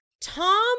Tom